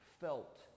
felt